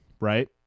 right